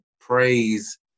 praise